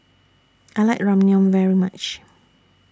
I like Ramyeon very much